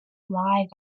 live